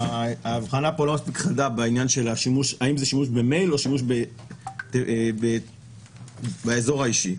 שהאבחנה פה לא מספיק חדה בעניין של האם זה שימוש במייל או באזור האישי.